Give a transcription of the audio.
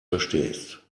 verstehst